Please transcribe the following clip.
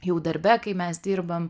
jau darbe kai mes dirbam